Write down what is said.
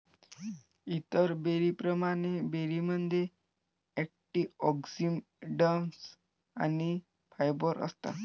इतर बेरींप्रमाणे, बेरीमध्ये अँटिऑक्सिडंट्स आणि फायबर असतात